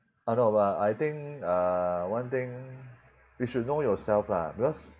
uh no but I think uh one thing you should know yourself lah because